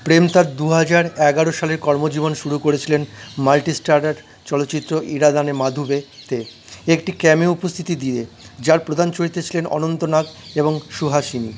প্রেম তার দু হাজার এগারো সালের কর্মজীবন শুরু করেছিলেন মাল্টি স্টারার চলচ্চিত্র ইরাদানে মাদুভেতে একটি ক্যামিও উপস্থিতি দিয়ে যার প্রধান চরিত্রে ছিলেন অনন্ত নাগ এবং সুহাসিনী